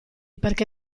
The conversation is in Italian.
perché